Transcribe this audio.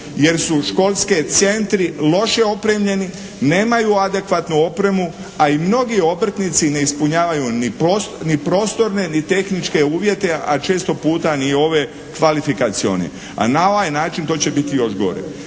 jer su školski centri loše opremljeni, nemaju adekvatnu opremu, a i mnogi obrtnici ne ispunjavaju ni prostorne, ni tehničke uvjete, a često puta ni ove kvalifikacione, a na ovaj način to će biti još gore.